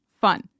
fun